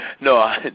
no